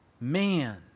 man